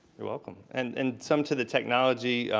you're welcome. and and some to the technology,